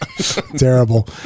Terrible